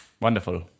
Wonderful